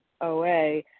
OA